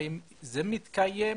האם זה מתקיים?